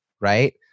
right